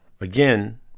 again